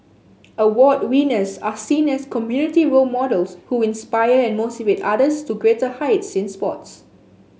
award winners are seen as community role models who inspire and motivate others to greater heights in sports